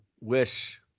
wish